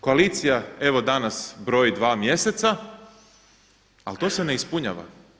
Koalicija evo danas broji 2 mjeseca ali to se ne ispunjava.